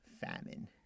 famine